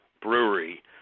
brewery